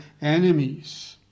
enemies